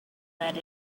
lead